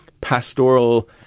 pastoral